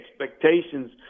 expectations